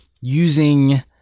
using